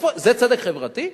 זה צדק חברתי?